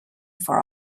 for